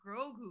Grogu